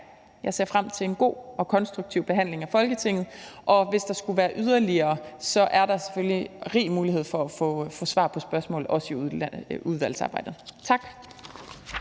Jeg ser frem til en god og konstruktiv behandling i Folketinget, og hvis der skulle være yderligere spørgsmål, er der selvfølgelig rig mulighed for at få svar på dem også i udvalgsarbejdet. Tak.